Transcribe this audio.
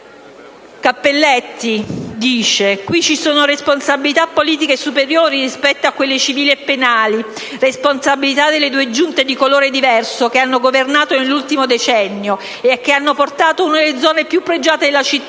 Cappelletti dice: «Qui ci sono responsabilità politiche superiori rispetto a quelle civili e penali, responsabilità delle due giunte di colore diverso che hanno governato nell'ultimo decennio e che hanno portato in una delle zone più pregiate della città,